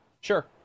sure